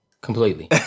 Completely